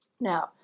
Now